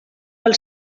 pel